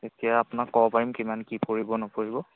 তেতিয়া আপোনাক ক'ব পাৰিম কিমান কি পৰিব নপৰিব